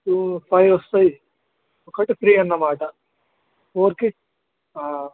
to five వస్తాయి ఒకటి free అన్నమాట ఫోర్కి